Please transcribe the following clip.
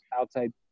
outside